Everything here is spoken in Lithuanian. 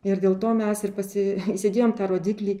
ir dėl to mes ir pasi įsidėjom tą rodiklį